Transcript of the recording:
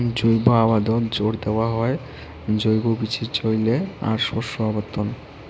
জৈব আবাদত জোর দ্যাওয়া হয় জৈব বীচির চইলে আর শস্য আবর্তন